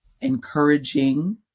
encouraging